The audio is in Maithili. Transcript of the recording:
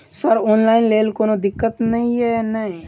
सर ऑनलाइन लैल कोनो दिक्कत न ई नै?